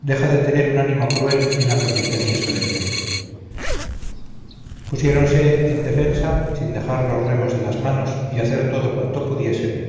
deja de tener un ánimo cruel y una condición insolente pusiéronse en defensa sin dejar los remos de las manos y hacer todo cuanto pudiesen